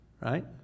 right